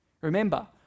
Remember